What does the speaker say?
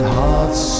hearts